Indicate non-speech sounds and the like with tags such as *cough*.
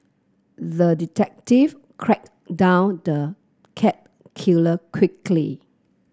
the detective *unintelligible* down the cat killer quickly